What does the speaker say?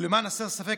ולמען הסר ספק,